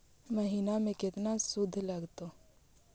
महिना में केतना शुद्ध लगतै?